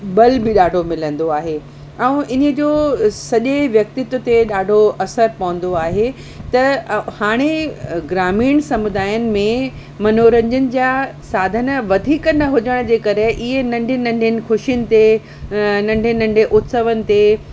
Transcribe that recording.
बल बि ॾाढो मिलंदो आहे ऐं इनी जो सॼे व्यक्तित्व ते ॾाढो असर पवंदो आहे त हाणे ग्रामीण समुदायन में मनोरंजन जा साधन वधीक न हुजण जे करे इए नंढियुनि नंढियुनि ख़ुशियुनि ते नंढे नंढे उत्सवनि ते